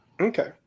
Okay